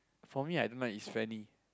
for me I don't like is Fanny